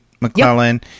McClellan